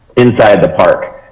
inside the park.